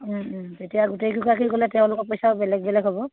তেতিয়া গোটেই কেইগৰাকী গ'লে তেওঁলোকৰ পইচাও বেলেগ বেলেগ হব